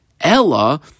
ella